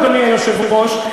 אדוני היושב-ראש,